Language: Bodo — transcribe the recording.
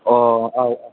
अ औ